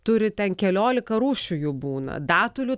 turi ten keliolika rūšių jų būna datulių